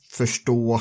förstå